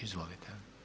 Izvolite.